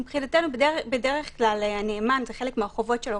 מבחינתנו, בדרך-כלל, הנאמן זה חלק מהחובות שלו.